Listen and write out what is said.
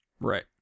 Right